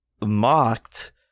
mocked